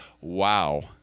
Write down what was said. Wow